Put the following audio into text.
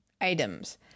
items